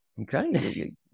okay